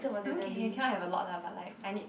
I mean can can can I have a lot lah but I need